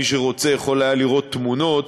מי שרוצה יכול היה לראות תמונות